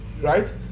right